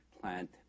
plant